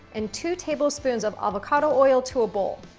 and two tablespoons of avocado oil to a bowl.